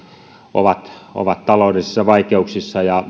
ovat ovat taloudellisissa vaikeuksissa ja